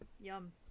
Yum